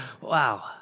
Wow